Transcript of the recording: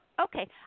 okay